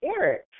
Eric